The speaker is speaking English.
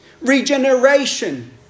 regeneration